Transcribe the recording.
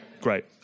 Great